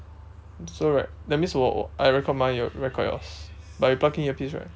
so right that means 我 I record mine you record yours but you plug in earpiece right